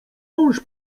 mąż